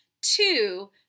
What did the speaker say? Two